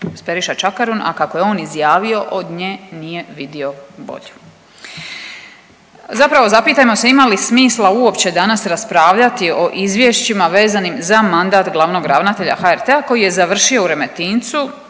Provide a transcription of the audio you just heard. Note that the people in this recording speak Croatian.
Periša Čakarun, a kako je on izjavio od nje nije vidio bolju. Zapravo zapitajmo se ima li smisla uopće danas raspravljati o izvješćima vezanim za mandat glavnog ravnatelja HRT-a koji je završio u Remetincu